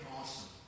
awesome